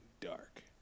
dark